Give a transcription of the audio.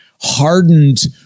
hardened